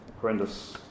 horrendous